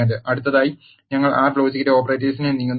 അടുത്തതായി ഞങ്ങൾ R logical ഓപ്പറേറ്റേഴ്സിലേക്ക് നീങ്ങുന്നു